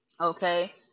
Okay